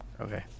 Okay